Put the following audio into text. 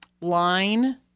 line